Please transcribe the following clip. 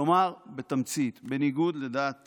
כלומר, בתמצית, בניגוד לדעת